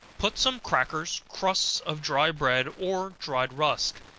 put some crackers, crusts of dry bread or dried rusk,